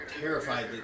terrified